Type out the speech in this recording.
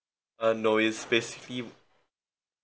uh no it's basically